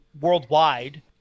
worldwide